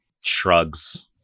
shrugs